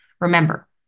Remember